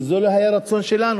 כי זה לא היה הרצון שלנו.